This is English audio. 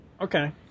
Okay